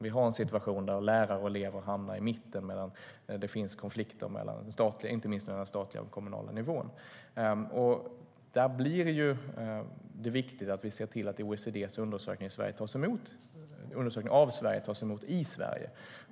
Det finns en situation där lärare och elever hamnar i mitten, medan det finns konflikter inte minst mellan den statliga och kommunala nivån. Det är viktigt att vi ser till att OECD:s undersökning av Sverige tas emot i Sverige.